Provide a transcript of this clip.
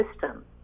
system